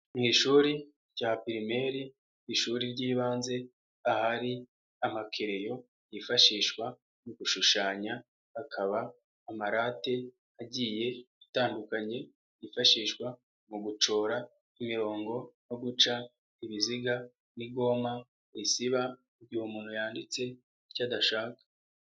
Mu ishuri rya pirimeri ishuri ry'ibanze ahari amakereyo yifashishwa mu gushushanya, hakaba amarate agiye atandukanye yifashishwa mu gucora imirongo, no guca ibiziga n'igoma risiba igihe muntu yanditse icyo adashaka.